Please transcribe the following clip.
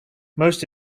most